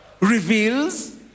reveals